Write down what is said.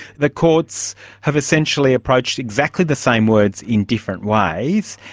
the courts have essentially approached exactly the same words in different ways,